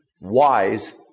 wise